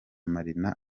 marina